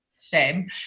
Shame